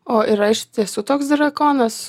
o yra iš tiesų toks drakonas